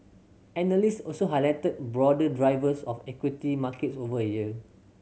analyst also highlighted broader drivers of equity markets over the year